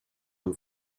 amb